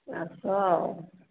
ଆସ ଆଉ